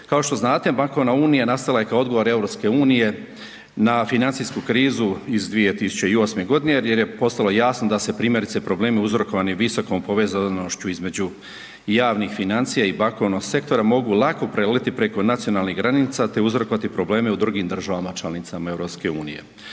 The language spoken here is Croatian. Kao što znate bankovna unija nastala je kao odgovor EU na financijsku krizu iz 2008. godine jer je postalo jasno da se primjerice problemi uzrokovani visokom povezanošću između javnih financija i bankovnog sektora mogu lako preliti preko nacionalnih granica te uzrokovati probleme u drugim državama članicama EU.